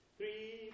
Three